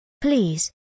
please